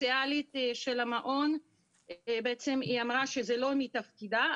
הסוציאלית של המעון היא אמרה שזה לא מתפקידה,